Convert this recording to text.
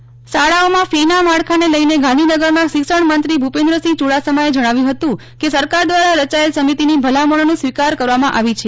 નેહલ ઠકકર શાળાઓમાં ફી ના માળખાને લઈને ગાંધીનગરમાં શિક્ષણમંત્રી ભૂપેન્દ્રસિંહ ચૂડાસમાએ જણાવ્યું હતું કે સરેકાર દ્વારા રચાયેલ સમિતિની ભલામણોને સ્વીકાર કરવામાં આવી છે